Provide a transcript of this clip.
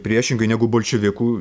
priešingai negu bolševikų